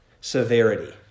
severity